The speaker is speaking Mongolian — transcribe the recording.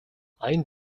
аян